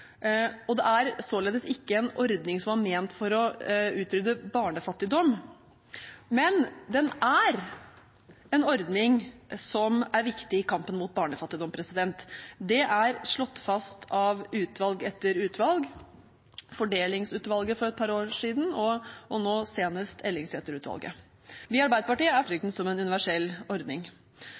Det er således ikke en ordning som var ment for å utrydde barnefattigdom, men det er en ordning som er viktig i kampen mot barnefattigdom. Det er slått fast av utvalg etter utvalg – Fordelingsutvalget for et par år siden og nå senest Ellingsæter-utvalget. Vi i Arbeiderpartiet er for å bevare barnetrygden som en universell ordning.